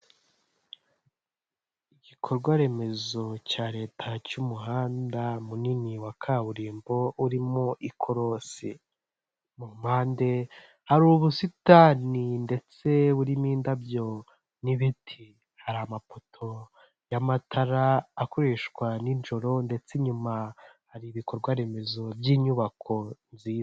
Igikorwa remezo cya leta cy'umuhanda munini wa kaburimbo urimo ikorosi. Mu mpande hari ubusitani ndetse burimo indabyo n'ibiti. Hari amapoto y'amatara akoreshwa nijoro ndetse inyuma hari ibikorwa remezo by'inyubako nziza.